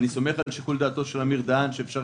אני סומך על שיקול דעתו של אמיר דהן שאפשר